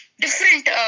Different